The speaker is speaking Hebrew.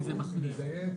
אני אדייק,